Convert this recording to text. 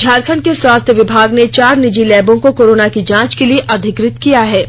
झारखंड के स्वास्थ्य विभाग ने चार निजी लैबों को कोरोना की जांच के लिए अधिकृत किया है